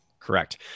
Correct